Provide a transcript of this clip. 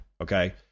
Okay